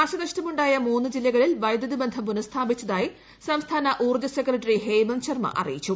നാശനഷ്ടമുണ്ടായ മൂന്ന് ജില്ലകളിൽ വൈദ്യുതി ബന്ധം പുനഃസ്ഥാപിച്ചതായി സംസ്ഥാന ഊർജ്ജ സെക്രട്ടറി ഹേമന്ത് ശർമ്മ അറിയിച്ചു